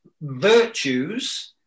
virtues